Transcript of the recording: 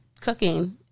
cooking